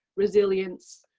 resilience,